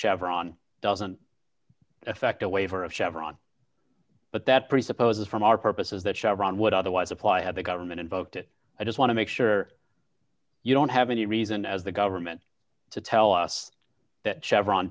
chevron doesn't affect a waiver of chevron but that presupposes from our purposes that chevron would otherwise apply had the government involved it i just want to make sure you don't have any reason as the government to tell us that chevron